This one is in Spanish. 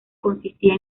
consistía